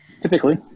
Typically